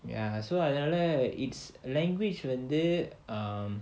ya so அதனால:adhanaala it's language when the um